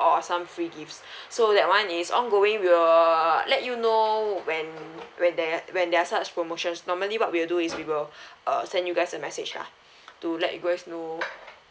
or some free gifts so that one is ongoing we'll let you know when when there when there are such promotions normally what we'll do is we will uh send you guys a message lah to let you guys know